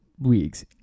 Weeks